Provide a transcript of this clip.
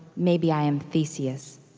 maybe i am theseus.